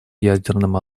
ядерным